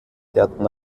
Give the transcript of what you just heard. kehrten